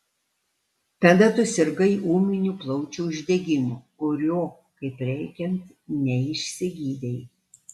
tada tu sirgai ūminiu plaučių uždegimu kurio kaip reikiant neišsigydei